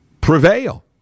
prevail